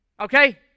Okay